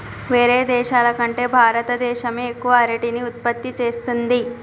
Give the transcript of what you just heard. వేరే దేశాల కంటే భారత దేశమే ఎక్కువ అరటిని ఉత్పత్తి చేస్తంది